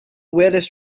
weirdest